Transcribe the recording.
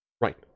Right